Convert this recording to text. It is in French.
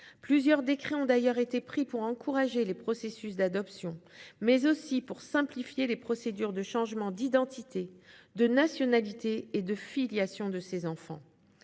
Plusieurs décrets ont d'ailleurs été pris pour encourager les processus d'adoption, mais aussi pour simplifier les procédures de changement d'identité, de nationalité et de filiation de ces enfants.